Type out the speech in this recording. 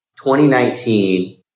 2019